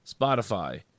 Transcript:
Spotify